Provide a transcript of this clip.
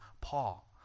paul